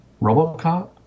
Robocop